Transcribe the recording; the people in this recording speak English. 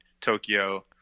Tokyo